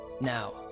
Now